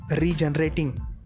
regenerating